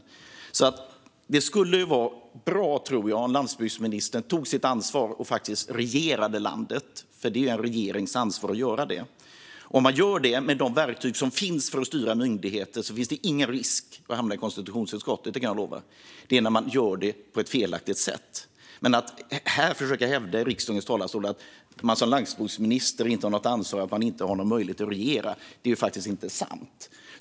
Jag tror att det skulle vara bra om landsbygdsministern tog sitt ansvar och faktiskt regerade landet, för det är en regerings ansvar att göra det. Om man gör detta med de verktyg som finns för att styra myndigheter finns det ingen risk att hamna i konstitutionsutskottet - det kan jag lova. Det händer när man gör det på ett felaktigt sätt. Att försöka hävda här i riksdagens talarstol att man som landsbygdsminister inte har något ansvar och inte har någon möjlighet att regera är faktiskt att säga något som inte sant.